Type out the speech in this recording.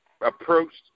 approached